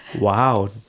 Wow